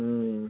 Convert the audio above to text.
ହୁଁ